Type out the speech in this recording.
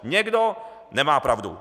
Někdo nemá pravdu.